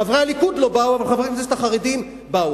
חברי הליכוד לא באו, אבל חברי הכנסת החרדים באו.